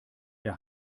der